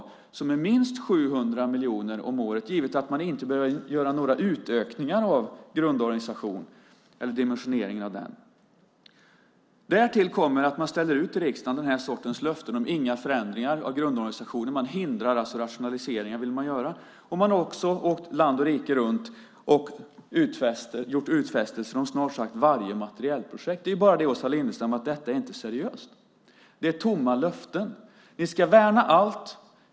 Det innebär minst 700 miljoner om året, givet att några utökningar eller dimensioneringar av grundorganisationen inte behöver göras. Därtill kommer att man i riksdagen ställer ut löften om inga förändringar av grundorganisationen. Man förhindrar alltså rationaliseringar. Dessutom har man åkt land och rike runt och gjort utfästelser om snart sagt varje materielprojekt. Det, Åsa Lindestam, är inte seriöst. Det är tomma löften. Ni ska värna allt.